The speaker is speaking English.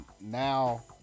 now